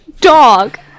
Dog